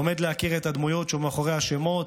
לומד להכיר את הדמויות שמאחורי השמות,